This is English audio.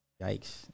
Yikes